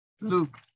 Luke